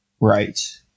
Right